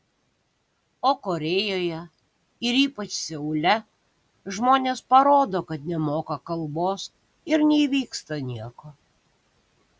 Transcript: o korėjoje ir ypač seule žmonės parodo kad nemoka kalbos ir neįvyksta nieko